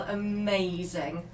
amazing